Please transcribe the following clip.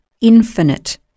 infinite